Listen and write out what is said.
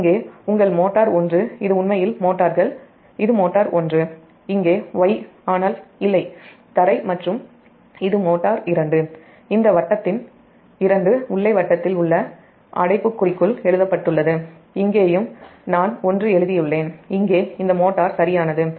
இங்கே உங்கள் மோட்டார் 1 இது உண்மையில் மோட்டார்கள் இது மோட்டார் 1 ஆனால் இங்கே Y இல்லை க்ரவுன்ட் மற்றும் இது மோட்டார் 2 இந்த 2 வட்டத்தின் உள்ளே வட்டத்தில் உள்ள அடைப்புக் குறிக்குள் எழுதப்பட்டுள்ளது இங்கேயும் நான் 1 எழுதியுள்ளேன் இங்கே இந்த மோட்டார் சரியானது